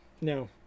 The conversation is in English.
no